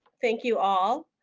thank you all.